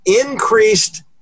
Increased